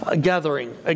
gathering